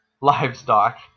livestock